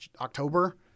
October